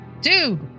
dude